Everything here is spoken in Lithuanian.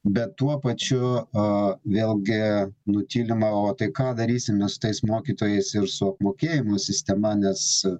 bet tuo pačiu vėlgi nutylima o tai ką darysime su tais mokytojais ir su apmokėjimo sistema nes